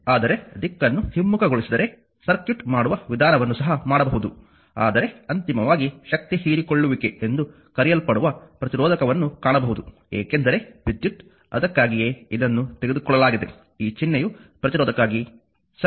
ಆದರೆ ದಿಕ್ಕನ್ನು ಹಿಮ್ಮುಖಗೊಳಿಸಿದರೆ ಸರ್ಕ್ಯೂಟ್ ಮಾಡುವ ವಿಧಾನವನ್ನು ಸಹ ಮಾಡಬಹುದು ಆದರೆ ಅಂತಿಮವಾಗಿ ಶಕ್ತಿ ಹೀರಿಕೊಳ್ಳುವಿಕೆ ಎಂದು ಕರೆಯಲ್ಪಡುವ ಪ್ರತಿರೋಧಕವನ್ನು ಕಾಣಬಹುದು ಏಕೆಂದರೆ ವಿದ್ಯುತ್ ಅದಕ್ಕಾಗಿಯೇ ಇದನ್ನು ತೆಗೆದುಕೊಳ್ಳಲಾಗಿದೆ ಈ ಚಿಹ್ನೆಯು ಪ್ರತಿರೋಧಕಕ್ಕಾಗಿ ಸರಿ